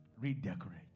redecorate